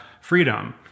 freedom